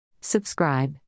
Subscribe